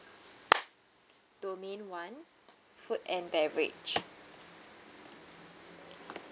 domain one food and beverage